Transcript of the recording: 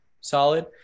solid